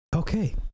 Okay